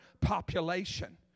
population